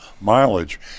mileage